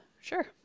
sure